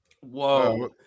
Whoa